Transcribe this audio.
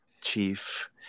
chief